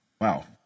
Wow